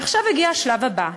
ועכשיו הגיע השלב הבא: